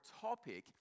topic